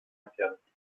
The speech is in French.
interdite